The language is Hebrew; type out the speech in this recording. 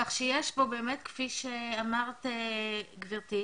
כך שיש פה באמת, כפי שאמרת, גברתי,